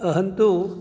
अहन्तु